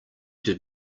did